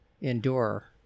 endure